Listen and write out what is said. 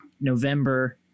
November